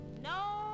no